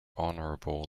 honorable